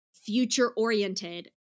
future-oriented